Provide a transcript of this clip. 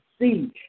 see